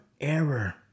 error